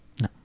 No